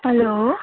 hello